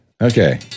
Okay